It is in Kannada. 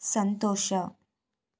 ಸಂತೋಷ